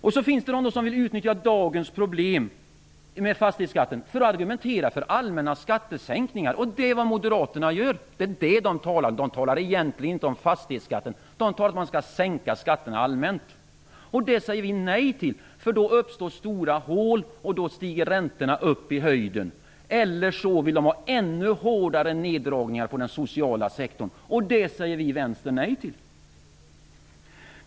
Sedan finns det också de som vill utnyttja dagens problem med fastighetsskatten för att argumentera för allmänna skattesänkningar. Det är vad Moderaterna gör. De talar egentligen inte om fastighetsskatten; de talar om att man skall sänka skatterna allmänt sett. Detta säger vi nej till eftersom det då uppstår stora hål och räntorna stiger i höjden. Alternativt vill de ha ännu hårdare neddragningar på den sociala sektorn, och det säger vi i Vänstern också nej till.